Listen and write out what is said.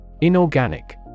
Inorganic